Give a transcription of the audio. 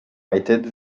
united